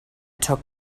took